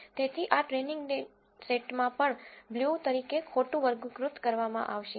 તેથી આ training data સેટમાં પણ બ્લુ તરીકે ખોટું વર્ગીકૃત કરવામાં આવશે